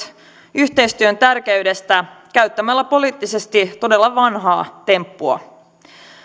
yhteistyön tärkeydestä käyttämällä poliittisesti todella vanhaa temppua